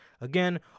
Again